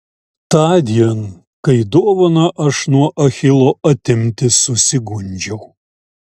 tądien kai dovaną aš nuo achilo atimti susigundžiau